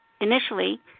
initially